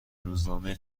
روزنامه